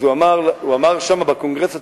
הוא אמר שם בקונגרס הציוני,